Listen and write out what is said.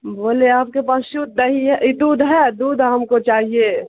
بولے آپ کے پاس شودھ دہی ہے دودھ ہے دودھ ہم کو چاہیے